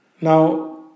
Now